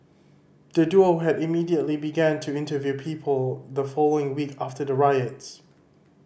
the duo had immediately began to interview people the following week after the riots